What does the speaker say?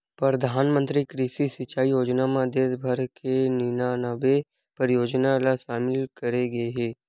परधानमंतरी कृषि सिंचई योजना म देस भर म निनानबे परियोजना ल सामिल करे गे हे